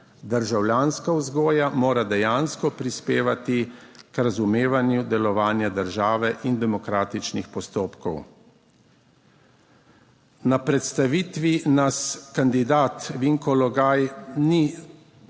Državljanska vzgoja mora dejansko prispevati k razumevanju delovanja države in demokratičnih postopkov. Na predstavitvi nas kandidat Vinko Logaj ni uspel